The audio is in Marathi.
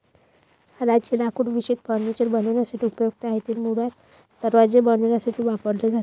सालचे लाकूड विशेषतः फर्निचर बनवण्यासाठी उपयुक्त आहे, ते मुळात दरवाजे बनवण्यासाठी वापरले जाते